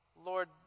Lord